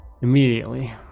immediately